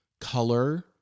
color